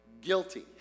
guilty